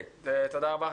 תודה רבה.